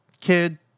kid